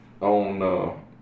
on